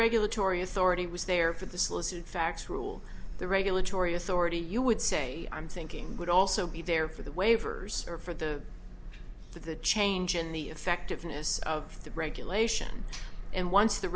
regulatory authority was there for the solicitor facts rule the regulatory authority you would say i'm thinking would also be there for the waivers or for the for the change in the effectiveness of the regulation and once the